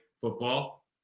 football